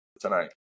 tonight